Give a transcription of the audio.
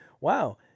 wow